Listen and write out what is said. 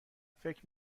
فکر